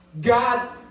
god